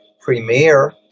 premiere